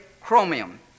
chromium